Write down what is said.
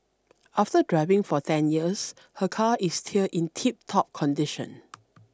after driving for ten years her car is still in tiptop condition